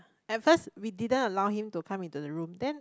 at first we didn't allow him to come into the room then